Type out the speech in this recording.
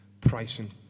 pricing